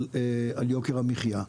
על יוקר המחיה.